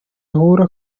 ahura